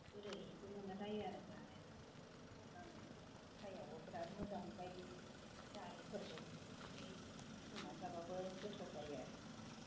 गोदैबो मोनलायलायो आरो जानो गोथाङै प्राइयावबो बेराद मोजां आमफ्राइ जारिफोरजों बिदै फुदुंनानै जाबाबो गोथाव जायो आरो